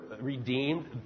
redeemed